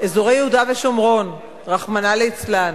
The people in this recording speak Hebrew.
באזורי יהודה ושומרון, רחמנא ליצלן.